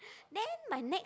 then my next